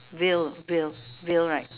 veil veil veil right